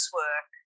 work